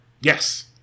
Yes